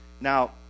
Now